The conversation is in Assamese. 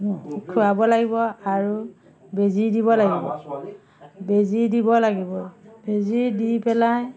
খোৱাব লাগিব আৰু বেজী দিব লাগিব বেজী দিব লাগিব বেজি দি পেলাই